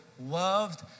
loved